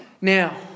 Now